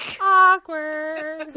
Awkward